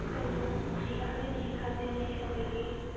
ꯀꯩꯅꯣ ꯄꯨꯈ꯭ꯔꯤꯒꯁꯤꯗꯤ ꯈꯖꯤꯜꯂꯦ ꯑꯩꯈꯣꯏꯒꯤ